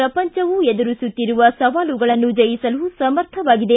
ಪ್ರಪಂಚವು ಎದುರಿಸುತ್ತಿರುವ ಸವಾಲುಗಳನ್ನು ಜಯಿಸಲು ಸಮರ್ಥವಾಗಿದೆ